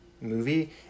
movie